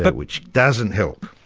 but which doesn't help.